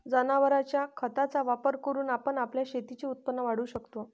जनावरांच्या खताचा वापर करून आपण आपल्या शेतीचे उत्पन्न वाढवू शकतो